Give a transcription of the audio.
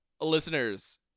listeners